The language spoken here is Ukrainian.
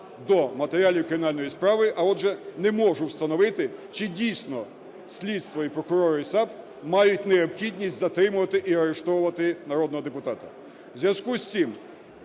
до матеріалів кримінальної справи, а отже, не можу встановити, чи дійсно слідство, прокурори і САП мають необхідність затримувати і арештовувати народного депутата.